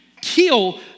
kill